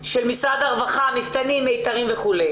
של משרד הרווחה מפתנים, מיתרים וכו'.